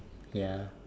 ya